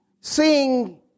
Seeing